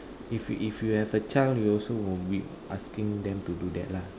if you if you have a chance you will also be asking them to do that lah